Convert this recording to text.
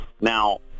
Now